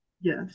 Yes